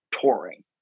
touring